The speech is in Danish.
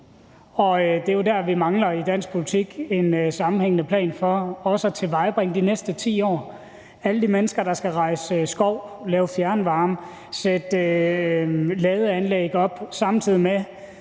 Det er jo der, at vi i dansk politik mangler en sammenhængende plan for også de næste 10 år at tilvejebringe alle de mennesker, der skal rejse skov, lave fjernvarme, sætte ladeanlæg op, samtidig med